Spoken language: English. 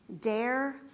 Dare